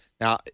Now